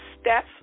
Steph